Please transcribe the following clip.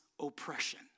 oppression